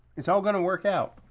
it's all gonna work out.